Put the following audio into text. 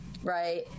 Right